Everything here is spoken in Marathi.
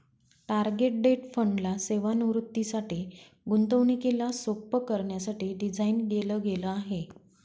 टार्गेट डेट फंड ला सेवानिवृत्तीसाठी, गुंतवणुकीला सोप्प करण्यासाठी डिझाईन केल गेल आहे